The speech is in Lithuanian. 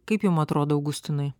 kaip jum atrodo augustinui